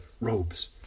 robes